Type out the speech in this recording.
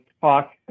talk